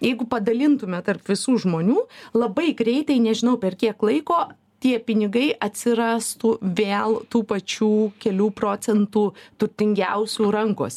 jeigu padalintume tarp visų žmonių labai greitai nežinau per kiek laiko tie pinigai atsirastų vėl tų pačių kelių procentų turtingiausių rankose